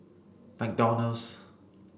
McDonald's